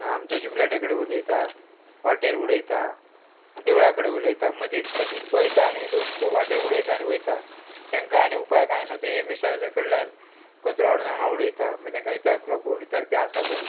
आमच्या जुबलाट्या कडेन उलयता वाटेर उडयता आनी देवळा कडेन उलयता मदींत मदींत पळयता आनी लोक वाटेर उडयता आनी वयता तांकां आनी उपाय कांय ना तें एमिसाकडल्यान कचरो हाडून हांगा उडयता मागीर तांकां विचारतलो कोण इतारपी आसा कोण